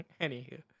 Anywho